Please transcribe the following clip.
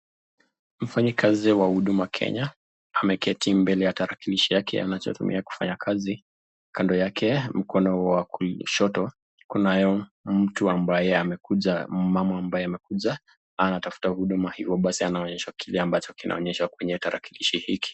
Mfanyikazi wa huduma Kenya ameketi mbele ya tarakinishi yake anachotumia kufanya kazi. Kando yake mkono wa kushoto kunayo mtu ambaye amekuja mama ambaye amekuja anatafuta huduma. Hivyo basi anaonyeshwa kile ambacho kinaonyesha kwenye tarakilishi hiki.